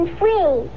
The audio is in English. free